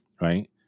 right